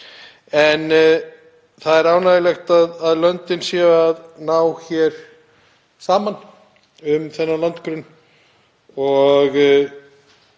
En það er ánægjulegt að löndin séu að ná hér saman um þetta landgrunn.